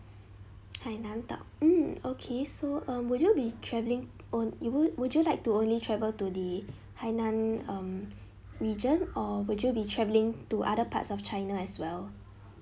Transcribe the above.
hainan dao mm okay so um would you be travelling on you would would you like to only travel to the hainan um region or would you be travelling to other parts of china as well